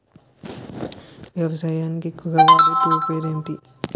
వ్యవసాయానికి ఎక్కువుగా వాడే టూల్ పేరు ఏంటి?